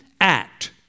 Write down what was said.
act